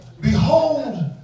behold